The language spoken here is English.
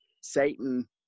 Satan